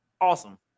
awesome